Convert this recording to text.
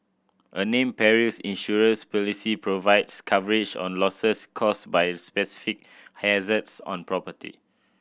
a named perils insurance policy provides coverage on losses caused by specific hazards on property